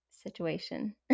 situation